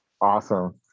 awesome